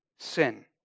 Sin